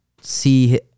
see